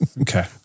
Okay